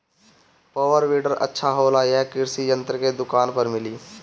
Power weeder अच्छा होला यह कृषि यंत्र के दुकान पर मिली?